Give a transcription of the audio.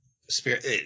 spirit